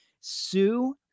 sue